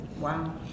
Wow